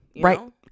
Right